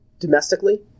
domestically